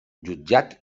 jutjat